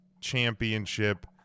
championship